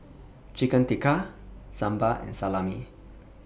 Chicken Tikka Sambar and Salami